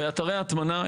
באתרי הטמנה,